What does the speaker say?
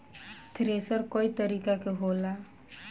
thresher कई तरीका के होला